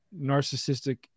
narcissistic